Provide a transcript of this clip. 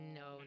no